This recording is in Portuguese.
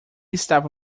estava